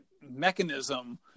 mechanism